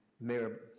Mayor